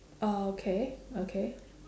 orh okay okay